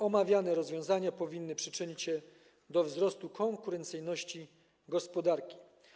Omawiane rozwiązania powinny przyczynić się do wzrostu konkurencyjności gospodarki.